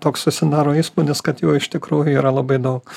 toks susidaro įspūdis kad jų iš tikrųjų yra labai daug